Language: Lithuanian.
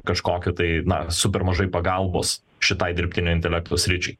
kažkokių tai na super mažai pagalbos šitai dirbtinio intelekto sričiai